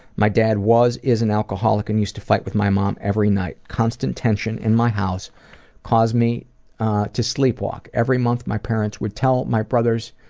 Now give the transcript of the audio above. my dad was is an alcoholic and used to fight with my mom every night, constant tension in my house caused me to sleepwalk. every month my parents would tell my brothers